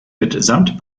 mitsamt